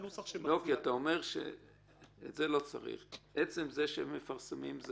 אתה אומר שאת זה לא צריך ועצם זה שהם מפרסמים,